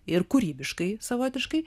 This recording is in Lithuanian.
ir kūrybiškai savotiškai